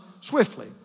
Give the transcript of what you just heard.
swiftly